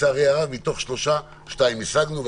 לצערי הרב מתוך שלושה שניים השגנו,